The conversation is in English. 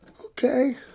Okay